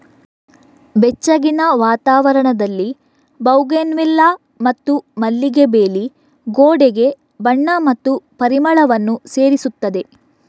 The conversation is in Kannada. ಬೆಚ್ಚಗಿನ ವಾತಾವರಣದಲ್ಲಿ ಬೌಗೆನ್ವಿಲ್ಲಾ ಮತ್ತು ಮಲ್ಲಿಗೆ ಬೇಲಿ ಗೋಡೆಗೆ ಬಣ್ಣ ಮತ್ತು ಪರಿಮಳವನ್ನು ಸೇರಿಸುತ್ತದೆ